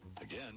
Again